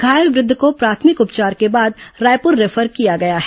घायल वृद्ध को प्राथमिक उपचार के बाद रायपुर रिफर किया गया है